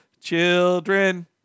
children